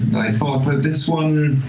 i thought that this one,